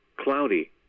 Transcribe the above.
cloudy